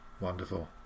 Wonderful